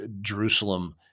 Jerusalem